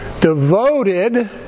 devoted